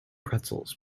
pretzels